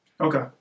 Okay